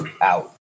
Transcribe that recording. out